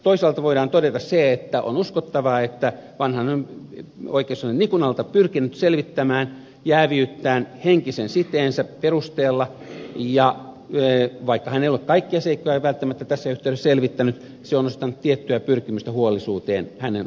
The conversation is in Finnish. toisaalta voidaan todeta se että on uskottavaa että vanhanen on pyrkinyt selvittämään oikeuskansleri nikulalta jääviyttään henkisen siteensä perusteella ja vaikka hän ei ole välttämättä kaikkia seikkoja tässä yhteydessä selvittänyt se on osoittanut tiettyä pyrkimystä huolellisuuteen hänen osaltaan